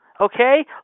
Okay